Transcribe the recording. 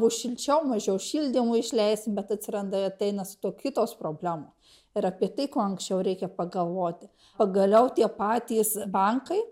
bus šilčiau mažiau šildymui išleisim bet atsiranda ateina su tuo kitos problemos ir apie tai kuo anksčiau reikia pagalvoti pagaliau tie patys bankai